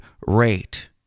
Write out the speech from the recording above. rate